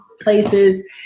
places